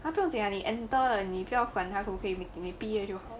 !huh! 不用紧 lah 你 enter 了你不要管他可不可以你毕业就好